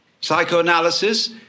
Psychoanalysis